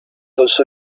also